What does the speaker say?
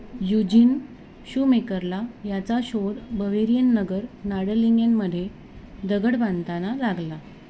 Eugene शूमेकरला याचा शोध बवेरियन नगर नााडरलिंगेनमध्ये दगड बांधताना लागला